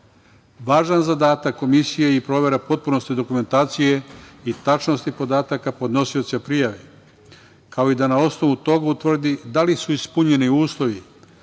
Važan zadatak Komisije je i provera potpunosti dokumentacije i tačnosti podataka podnosioca prijave, kao i da na osnovu tog utvrdi da li su ispunjeni ulovi